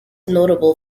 notable